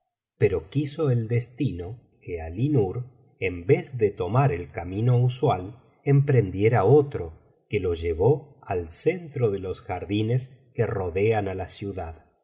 pero quiso el destino que alí nur en vez de biblioteca valenciana generalitat valenciana las mil noches y una noche tomar el camino usual emprendiera otro que le llevó al centro de los jardines que rodean á la ciudad